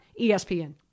ESPN